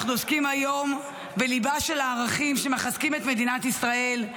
אנחנו עוסקים היום בליבה של הערכים שמחזקים את מדינת ישראל,